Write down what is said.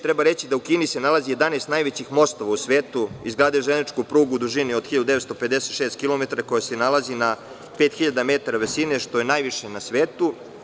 Treba reći da u Kini se nalazi 11 najvećih mostova u svetu, izgradili su železničku prugu u dužini od 1.956 kilometara, koja se nalazi na 5.000 metara visine, što je najviše na svetu.